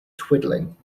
twiddling